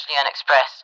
unexpressed